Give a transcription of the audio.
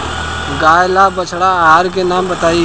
गाय ला बढ़िया आहार के नाम बताई?